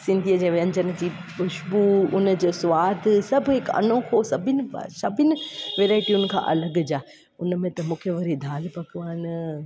सिंधीअ जे व्यंजन जी ख़ुश्बू उन्हनि जो सवादु सभु हिकु अनोखो सभिनी सभिनी वैरायटियुनि खां अलॻि या हुन में त मूंखे वरी दालि पकवानु